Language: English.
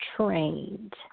trained